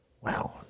Wow